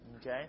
Okay